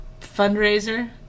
fundraiser